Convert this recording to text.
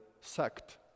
sect